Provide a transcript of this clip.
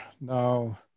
now